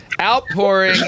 outpouring